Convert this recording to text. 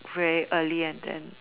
very early and then